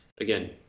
again